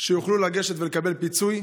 שהם יוכלו לגשת ולקבל פיצוי,